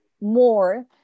more